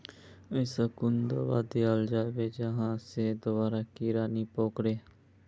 ऐसा कुन दाबा दियाल जाबे जहा से दोबारा कीड़ा नी पकड़े?